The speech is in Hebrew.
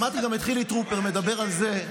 שמעתי גם את חילי טרופר מדבר על זה,